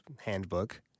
handbook